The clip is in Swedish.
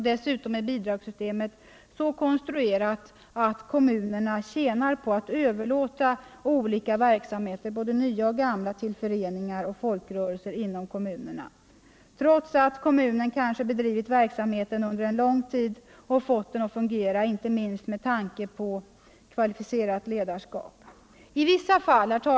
Dessutom är bidragssystemet så konstruerat att kommunerna tjänar på att överlåta olika verksamheter, både nya och gamla, till föreningar och folkrörelser inom kommunerna — trots att kommunen kanske har bedrivit verksamheten under en lång tid och fått den att fungera, inte minst på grund av kvalificerat ledarskap. I vissa fall kan det.